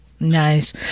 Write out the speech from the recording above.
Nice